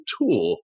tool